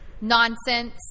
Nonsense